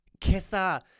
Kesa